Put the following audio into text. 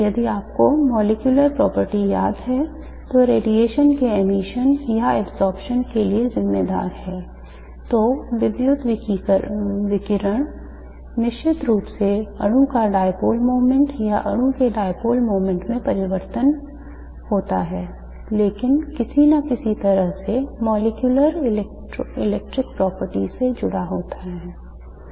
यदि आपको molecular property याद है जो रेडिएशन के emission या absorption के लिए जिम्मेदार है तो विद्युत विकिरण निश्चित रूप से अणु का dipole moment या अणु के dipole moment में परिवर्तन होता है लेकिन किसी न किसी तरह से molecular electric properties से जुड़ा होता है